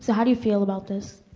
so how do you feel about this?